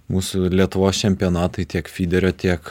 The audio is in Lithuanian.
mūsų lietuvos čempionatai tiek fiderio tiek